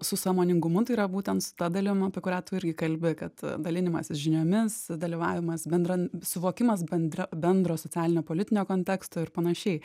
su sąmoningumu tai yra būtent su ta dalim apie kurią tu irgi kalbi kad dalinimasis žiniomis dalyvavimas bendran suvokimas bendra bendro socialinio politinio konteksto ir panašiai